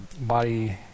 body